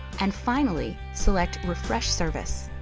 and, finally, select refresh service.